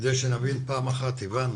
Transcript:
כדי שנבין פעם אחת, הבנו.